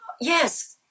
yes